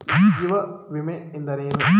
ಜೀವ ವಿಮೆ ಎಂದರೇನು?